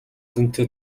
дүнтэй